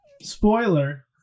Spoiler